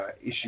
issue